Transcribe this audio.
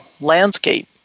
landscape